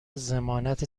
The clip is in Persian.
ضمانت